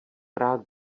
rád